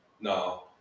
No